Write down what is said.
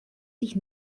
sich